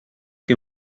que